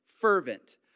fervent